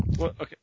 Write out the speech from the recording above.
Okay